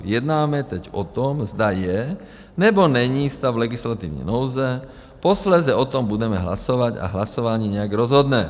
Jednáme teď o tom, zda je, nebo není stav legislativní nouze, posléze o tom budeme hlasovat a hlasování nějak rozhodne.